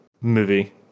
movie